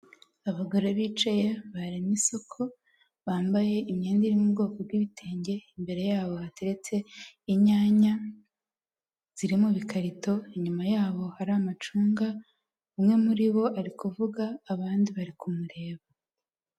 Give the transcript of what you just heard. Abagore bicaye, baremye isoko, bambaye imyenda iri mu bwoko bw'ibitenge, imbere yabo hateretse inyanya, ziri mu bikarito, inyuma yabo hari amacunga, umwe muri bo ari kuvuga, abandi bari kumureba.